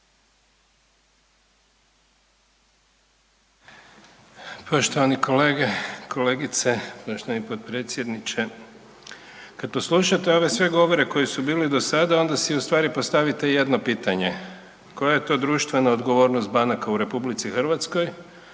Poštovani kolege i kolegice, poštovani potpredsjedniče. Kad poslušate ove sve govore koji su bili do sada, onda si ustvari postavite jedno pitanje. Koja je tu društvena odgovornost banaka u RH odnosno